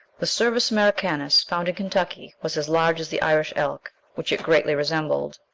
the cervus americanus found in kentucky was as large as the irish elk, which it greatly resembled.